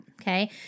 Okay